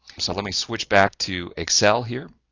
so let me switch back to excel here.